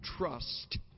Trust